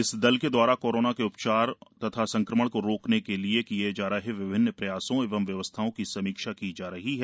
इस दल के द्वारा कोरोना के उपचार तथा संक्रमण को रोकने हेत् किए जा रहे विभिन्न प्रयासों एवं व्यवस्थाओं की समीक्षा की जा रही है